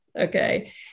Okay